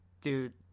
dude